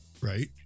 right